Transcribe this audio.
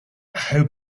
how